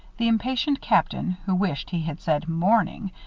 the impatient captain, who wished he had said morning,